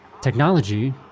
technology